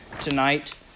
tonight